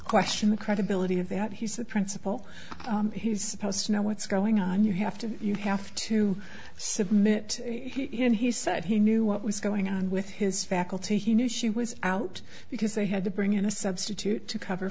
question the credibility of that he's the principal he's supposed to know what's going on you have to you have to submit he and he said he knew what was going on with his faculty he knew she was out because they had to bring in a substitute to cover